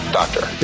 doctor